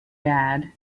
bad